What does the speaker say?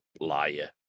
liar